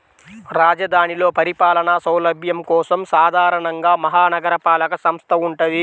రాజధానిలో పరిపాలనా సౌలభ్యం కోసం సాధారణంగా మహా నగరపాలక సంస్థ వుంటది